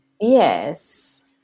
Yes